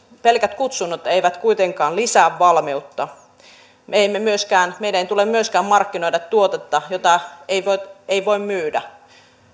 pelkät kutsunnat eivät kuitenkaan lisää valmiutta meidän ei tule myöskään markkinoida tuotetta jota ei voi ei voi myydä